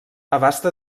abasta